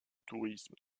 tourisme